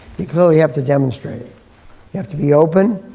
you clearly have to demonstrate it. you have to be open.